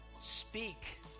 Speak